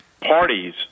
parties